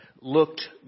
looked